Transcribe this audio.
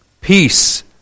peace